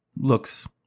looks